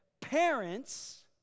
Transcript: Parents